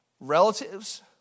relatives